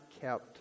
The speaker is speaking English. kept